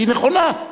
היא נכונה.